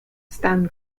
stan